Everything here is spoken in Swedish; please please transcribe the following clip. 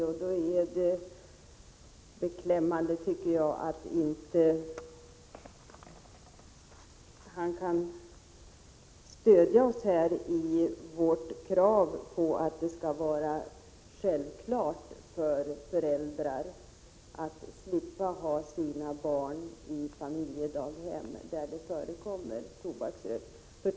Mot den bakgrunden tycker jag att det är beklämmande att Gunnar Ström inte kan stödja vårt krav på att det skall vara självklart att föräldrar skall slippa ha sina barn i familjedaghem där det förekommer tobaksrök.